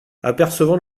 apercevant